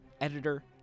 editor